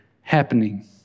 happening